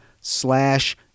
slash